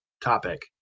topic